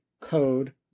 code